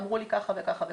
אמרו לי ככה וככה,